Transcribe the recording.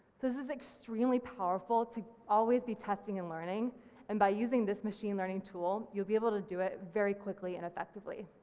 this is extremely powerful to always be testing and learning and by using this machine learning tool, you'll be able to do it very quickly and effectively.